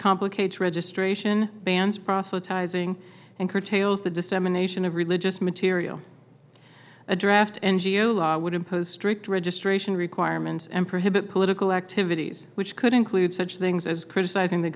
complicates registration bans proselytizing and curtails the dissemination of religious material a draft angio law would impose strict registration requirements and prohibit political activities which could include such things as criticizing the